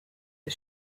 the